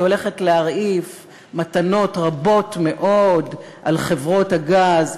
והיא הולכת להרעיף מתנות רבות מאוד על חברות הגז.